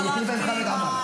היא החליפה עם חמד עמאר.